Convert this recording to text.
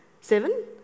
Seven